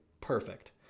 perfect